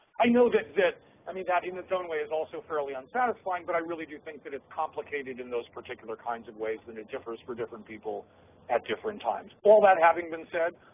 i know that that i mean that in it's own way is also fairly unsatisfying, but i really do think that it's complicated in those particular kinds of ways and it differs for different people at different times. all that having been said,